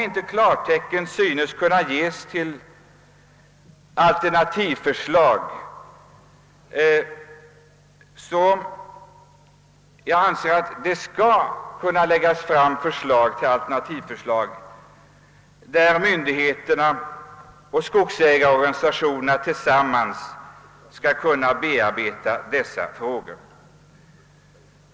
Jag anser att alternativa förslag skall kunna läggas fram och att myndigheterna och skogsägarorganisationerna tillsammans skall kunna bearbeta dessa frågor.